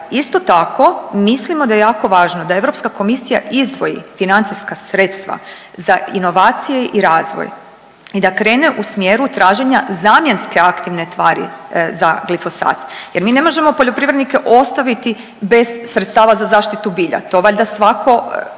Isto tako mislimo da je jako važno da Europska komisija izdvoji financijska sredstva za inovacije i razvoj i da krene u smjeru traženja zamjenske aktivne tvari za glifosat jer mi ne možemo poljoprivrednike ostaviti bez sredstava za zaštitu bilja, to valjda svako